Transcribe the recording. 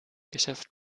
geschäft